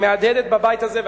מהדהדת בבית הזה,